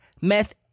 meth